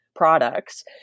products